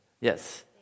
Yes